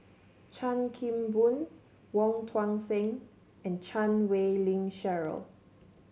Chan Kim Boon Wong Tuang Seng and Chan Wei Ling Cheryl